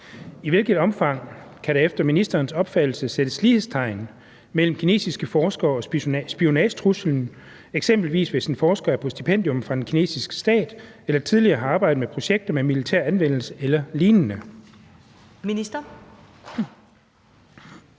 I hvilket omfang kan der efter ministerens opfattelse sættes lighedstegn mellem kinesiske forskere og spionagetruslen, eksempelvis hvis en forsker er på stipendium fra den kinesiske stat eller tidligere har arbejdet med projekter med militær anvendelse el.lign.? Skriftlig